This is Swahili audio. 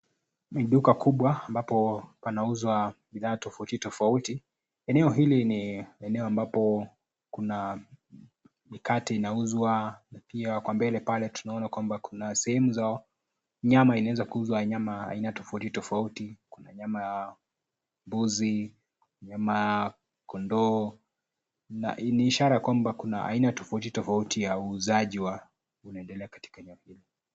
Ni duka kubwa ambapo panauza bidhaa tofauti, tofauti. Eneo hili ni eneo ambapo kuna mikate inauzwa na pia kwa mbele pale tunaona kwamba kuna sehemu nyama inaweza kuuzwa nyama aina za tofauti, tofauti. Kuna nyama ya mbuzi, nyama ya kondoo na ni ishara kwamba kuna aina tofauti, tofauti ya uuzaji wa ....unaendelea katika...